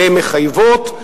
למחייבות,